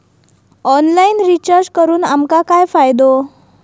Online recharge करून आमका काय फायदो?